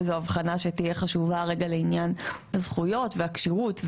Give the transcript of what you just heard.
וזו הבחנה שתהיה חשובה לעניין הזכויות והכשירות,